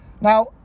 Now